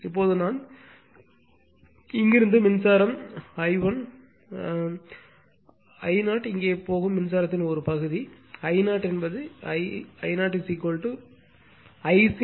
இப்போது நான் இப்போது இங்கிருந்து மின்சாரம் I1 ஆகும் ஆனால் I0 இங்கே போகும் மின்சாரத்தின் ஒரு பகுதி I0 Ic j Im